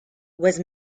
was